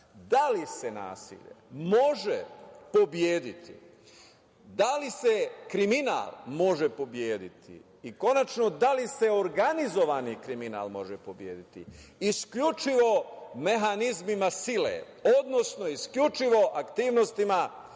da li se nasilje može pobediti, da li se kriminal može pobediti i konačno da li se organizovani kriminal može pobediti isključivo mehanizmima sile, odnosno isključivo aktivnostima